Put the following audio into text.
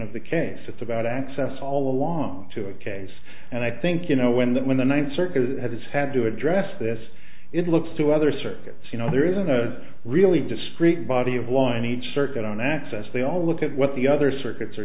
of the case it's about access all along to a case and i think you know when that when the ninth circuit has had to address this it looks to other circuits you know there isn't a really discrete body of law in each circuit on access they all look at what the other circuits are